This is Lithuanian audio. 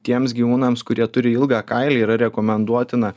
tiems gyvūnams kurie turi ilgą kailį yra rekomenduotina